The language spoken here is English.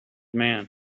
man